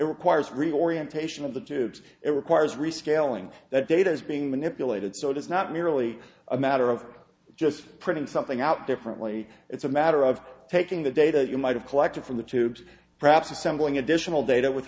requires reorientation of the tubes it requires rescaling that data is being manipulated so it is not merely a matter of just printing something out differently it's a matter of taking the data you might have collected from the tubes perhaps assembling additional data with